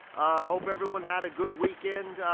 hope everyone had a good weekend.